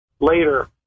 later